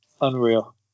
Unreal